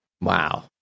wow